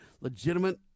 legitimate